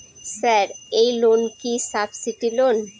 Sir এই loan কি subsidy loan?